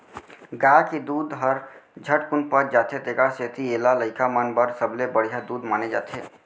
गाय के दूद हर झटकुन पच जाथे तेकर सेती एला लइका मन बर सबले बड़िहा दूद माने जाथे